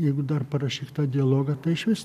jeigu dar parašyk tą dialogą tai išvis